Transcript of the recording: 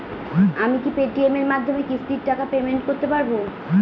আমি কি Paytm এর মাধ্যমে কিস্তির টাকা পেমেন্ট করতে পারব?